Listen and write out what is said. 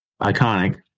iconic